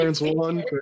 one